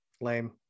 lame